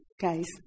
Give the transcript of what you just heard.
guys